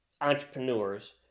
entrepreneurs